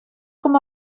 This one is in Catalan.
com